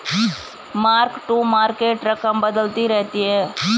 mark to market रकम बदलती रहती है